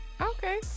okay